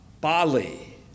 Bali